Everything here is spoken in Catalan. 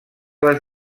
les